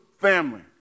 family